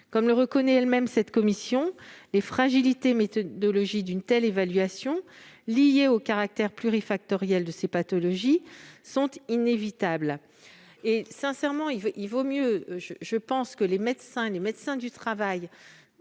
Comme le reconnaît elle-même la commission, les fragilités méthodologiques d'une telle évaluation, liées au caractère plurifactoriel de ces pathologies, sont inévitables. Sincèrement, il vaut mieux que les médecins du travail